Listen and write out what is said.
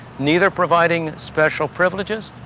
neither providing special privileges,